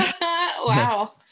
wow